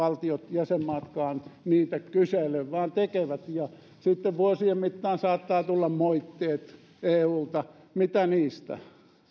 jäsenmaatkaan niitä kysele vaan tekevät ja sitten vuosien mittaan saattaa tulla moitteet eulta mitä niistä